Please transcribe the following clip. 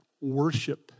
worship